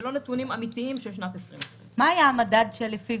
ולא נתונים אמיתיים של שנת 2020. מה היה המדד שלפיו